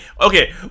okay